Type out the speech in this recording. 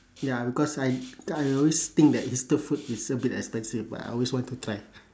ya because I I always think that hipster food is a bit expensive but I always want to try